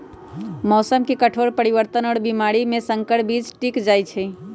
मौसम के कठोर परिवर्तन और बीमारी में संकर बीज टिक जाई छई